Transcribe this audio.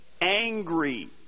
angry